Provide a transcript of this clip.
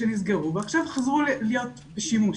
שנסגרו ועכשיו חזרו להיות בשימוש.